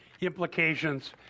Implications